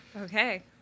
okay